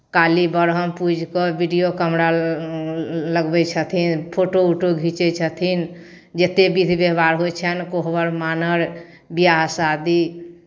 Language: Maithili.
काली ब्रह्म पूजि कऽ विडिओ कैमरा लगबै छथिन फोटो उटो घीचै छथिन जतेक विधि व्यवहार होइ छनि कोहबर मानर बियाह शादी